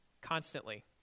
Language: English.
constantly